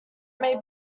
may